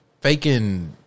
faking